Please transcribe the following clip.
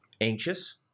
Anxious